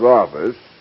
office